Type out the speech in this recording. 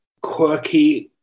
quirky